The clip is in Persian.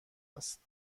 است